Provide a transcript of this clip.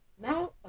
now